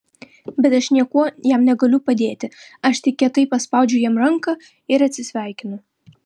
bet aš niekuo jam negaliu padėti aš tik kietai paspaudžiu jam ranką ir atsisveikinu